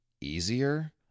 easier